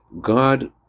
God